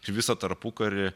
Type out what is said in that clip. ir visą tarpukarį